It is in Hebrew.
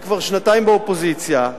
היא כבר שנתיים באופוזיציה,